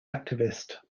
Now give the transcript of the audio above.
activist